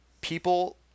people